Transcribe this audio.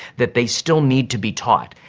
that they still need to be taught.